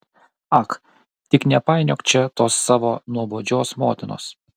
ak tik nepainiok čia tos savo nuobodžios motinos